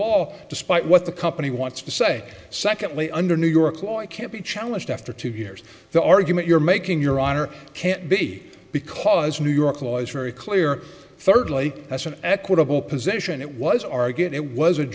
law despite what the company wants to say secondly under new york law it can't be challenged after two years the argument you're making your honor can't be because new york law is very clear thirdly that's an equitable position it was argued it was